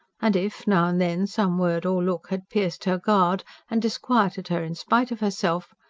and if, now and then, some word or look had pierced her guard and disquieted her in spite of herself,